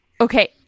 Okay